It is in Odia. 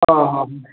ହଁ ହଁ